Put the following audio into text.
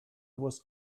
was